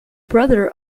brother